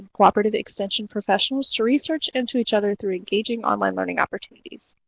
cooperative extension professionals to research and to each other through engaging online learning opportunities.